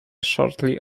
shortly